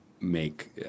make